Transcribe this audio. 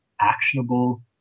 actionable